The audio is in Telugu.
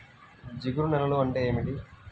జిగురు నేలలు అంటే ఏమిటీ?